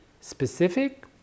specific